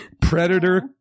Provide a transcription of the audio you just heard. Predator